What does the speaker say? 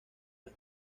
las